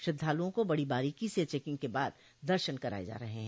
श्रद्धालुओं को बड़ी बारीकी से चेकिंग के बाद दर्शन कराये जा रहे हैं